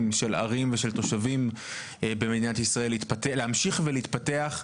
של ערים ותושבים שמדינת ישראל להמשיך ולהתפתח.